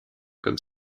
comme